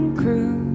crew